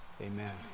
Amen